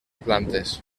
plantes